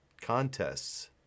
contests